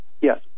yes